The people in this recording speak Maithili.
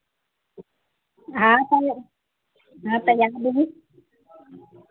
हँ कहलहुँ हँ तऽ बोलू